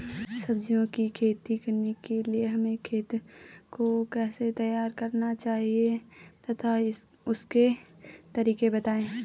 सब्जियों की खेती करने के लिए हमें खेत को कैसे तैयार करना चाहिए तथा उसके तरीके बताएं?